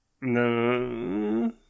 No